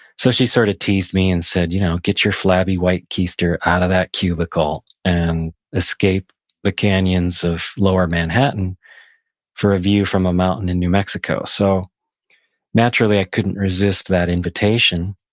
so, she sort of teased me and said, you know get get your flabby white keester out of that cubicle and escape the canyons of lower manhattan for a view from a mountain in new mexico. so naturally, i couldn't resist that invitation.